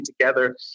together